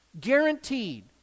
Guaranteed